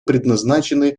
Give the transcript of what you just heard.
предназначены